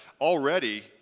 Already